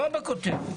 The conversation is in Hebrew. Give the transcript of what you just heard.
לא בכותרת.